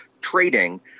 trading